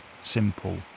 simple